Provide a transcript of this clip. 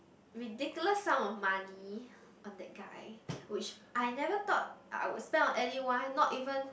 ridiculous sum of money on that guy which I never thought I will spend on anyone not even